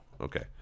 Okay